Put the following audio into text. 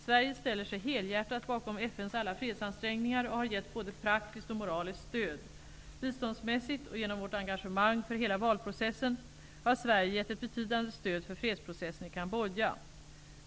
Sverige ställer sig helhjärtat bakom FN:s alla fredsansträngningar och har gett både praktiskt och moraliskt stöd. Biståndsmässigt och genom vårt engagemang för hela valprocessen har Sverige gett ett betydande stöd för fredsprocessen i Cambodja.